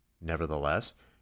nevertheless